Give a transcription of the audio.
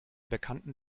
bekannten